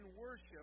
worship